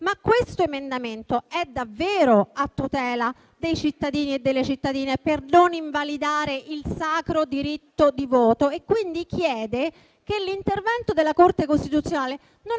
ma questo emendamento è davvero a tutela dei cittadini e delle cittadine per non invalidare il sacro diritto di voto e chiede che l'intervento della Corte costituzionale non avvenga